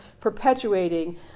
perpetuating